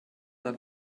dann